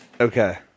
Okay